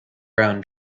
brown